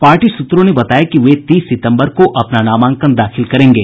party सूत्रों ने बताया कि वे तीस सितम्बर को अपना नामांकन दाखिल करेंगे